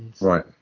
Right